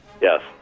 Yes